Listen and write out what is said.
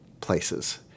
places